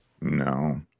No